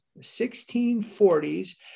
1640s